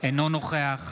בעד